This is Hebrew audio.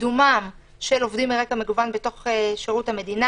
קידומם של עובדים מרקע מגוון בתוך שירות המדינה.